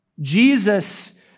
Jesus